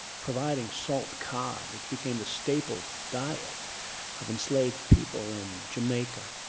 providing salt cod which became the staple diet of enslaved people in jamaica.